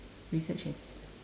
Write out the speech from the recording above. research assist